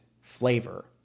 flavor